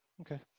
Okay